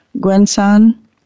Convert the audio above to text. Gwen-san